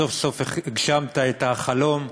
סוף-סוף הגשמת את החלום,